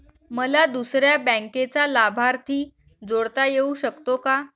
मला दुसऱ्या बँकेचा लाभार्थी जोडता येऊ शकतो का?